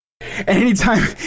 Anytime